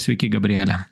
sveiki gabriele